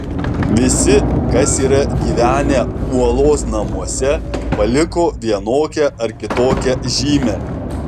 visi kas yra gyvenę uolos namuose paliko vienokią ar kitokią žymę